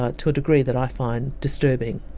ah to a degree that i find disturbing.